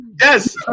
yes